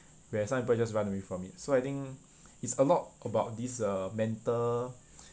where some people just run away from it so I think it's a lot about this uh mental